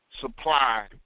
supply